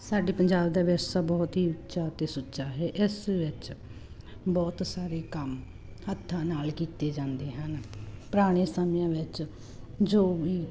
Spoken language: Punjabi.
ਸਾਡੇ ਪੰਜਾਬ ਦਾ ਵਿਰਸਾ ਬਹੁਤ ਹੀ ਉੱਚਾ ਅਤੇ ਸੁੱਚਾ ਹੈ ਇਸ ਵਿੱਚ ਬਹੁਤ ਸਾਰੇ ਕੰਮ ਹੱਥਾਂ ਨਾਲ ਕੀਤੇ ਜਾਂਦੇ ਹਨ ਪੁਰਾਣੇ ਸਮਿਆਂ ਵਿੱਚ ਜੋ ਵੀ